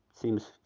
seems